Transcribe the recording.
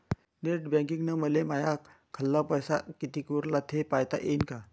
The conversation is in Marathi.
नेट बँकिंगनं मले माह्या खाल्ल पैसा कितीक उरला थे पायता यीन काय?